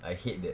I hate that